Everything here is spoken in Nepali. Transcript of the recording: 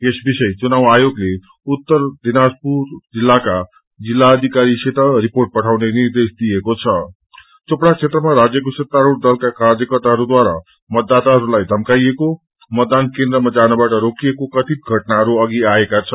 यस विषय चुनाव आयोगले उत्तर दिनाजपुर जिल्लाका जिल्लायिकारीसित रिर्पोट पठाउने निद्रेश दिएको छं चोपड़ा क्षेत्रमा राज्यको सत्तास्रह दलका कार्यकर्ताहरूद्वारा मतदाताहस्लाई थम्काइएको मतदान केन्द्रमा जानबाट रोकिएको कथित घटनाहरू अघि आएका छन्